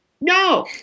No